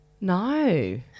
No